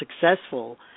successful